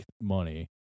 money